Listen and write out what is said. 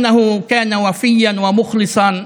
אבל הוא היה נאמן לכולם,